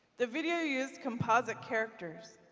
the video used composite characters.